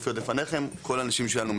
כל האנשים שלנו,